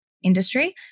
industry